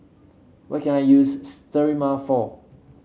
what can I use Sterimar for